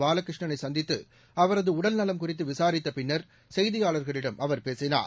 பாலகிருஷ்ணனை சந்தித்து அவரது உடல்நலம் குறித்து விசாரித்த பின்னர் செய்தியாளர்களிடம் அவர் பேசினார்